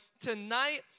Tonight